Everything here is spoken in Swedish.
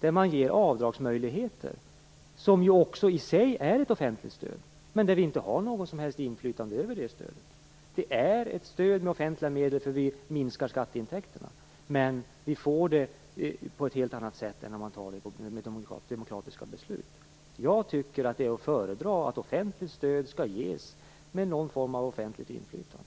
där man ger avdragsmöjligheter - som ju också i sig är ett offentligt stöd, men där vi inte har något som helst inflytande över stödet? Det är ett stöd med offentliga medel, eftersom vi minskar skatteintäkterna. Men vi får det på ett helt annat sätt än när det görs genom demokratiska beslut. Jag tycker att det är att föredra att offentligt stöd skall ges med någon form av offentligt inflytande.